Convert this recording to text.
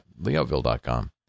leoville.com